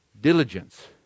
diligence